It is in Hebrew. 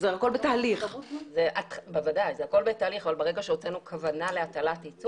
אנחנו מתייחסים לאסדת לוויתן בחשדנות ובדאגה כמו לכל מתקן אחר